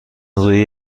روی